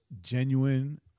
genuine